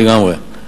לגמרי.